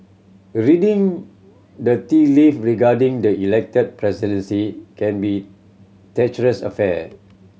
reading the tea leave regarding the Elected Presidency can be treacherous affair